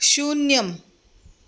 शून्यम्